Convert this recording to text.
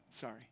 Sorry